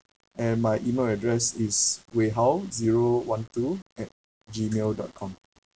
and my email address is wee how zero one two at G mail dot com